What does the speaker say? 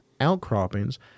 outcroppings